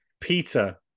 Peter